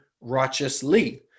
righteously